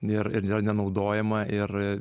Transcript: ir ir yra nenaudojama ir